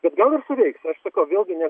bet gal ir suveiks aš sakau vėlgi ne